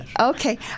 okay